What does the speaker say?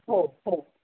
हो हो